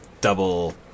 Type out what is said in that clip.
double